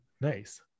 Nice